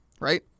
right